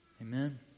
Amen